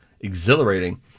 exhilarating